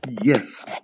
Yes